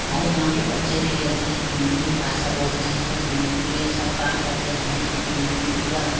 हमारे गाँव के बच्चे भी खेलते हैं तो हिन्दी ही भाषा बोलते हैं हिन्दी में सब काम करते हैं हिन्दी पूरा